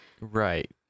Right